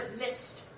list